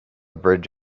bridge